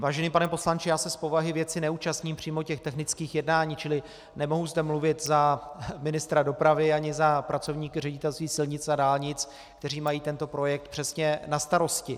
Vážený pane poslanče já se z povahy věci neúčastním přímo těch technických jednání, čili nemohu zde mluvit za ministra dopravy ani za pracovníky Ředitelství silnic a dálnic, kteří mají tento projekt přesně na starosti.